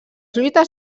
lluites